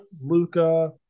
Luca